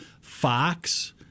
Fox